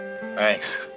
Thanks